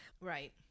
Right